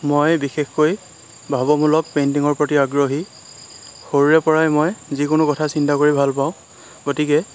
মই বিশেষকৈ ভাবমূলক পেইণ্টিঙৰ প্ৰতি আগ্ৰহী সৰুৰে পৰাই মই যিকোনো কথা চিন্তা কৰি ভাল পাওঁ গতিকে